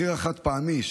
מחיר החד-פעמי,